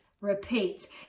repeat